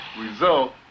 result